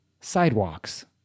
sidewalks